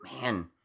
man